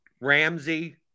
Ramsey